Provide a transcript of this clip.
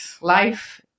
life